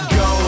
go